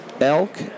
elk